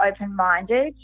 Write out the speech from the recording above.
open-minded